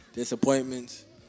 Disappointments